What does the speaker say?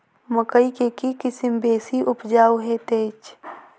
मकई केँ के किसिम बेसी उपजाउ हएत अछि?